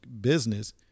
business